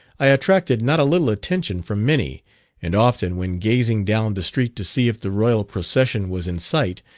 i attracted not a little attention from many and often, when gazing down the street to see if the royal procession was in sight,